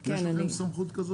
יש היום סמכות כזאת